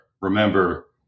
remember